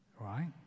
Right